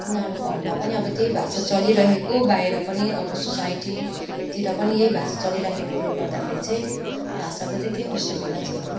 उनीहरू घरमा पनि अब त्यही भाषा चलिरहेको बाहिर पनि अब सोसाइटीतिर पनि यही भाषा चलिराखेकोले गर्दाखेरि चाहिँ भाषाको चाहिँ केही असुविधा छैन